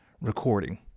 recording